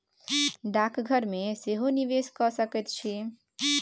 डाकघर मे सेहो निवेश कए सकैत छी